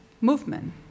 movement